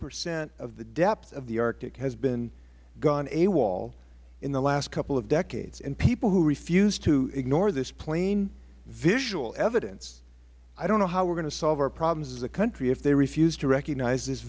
percent of the depth of the arctic has gone awol in the last couple of decades and people who refuse to ignore this plain visual evidence i don't know how we are going to solve our problems as a country if they refuse to recognize th